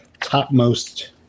topmost